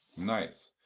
nice.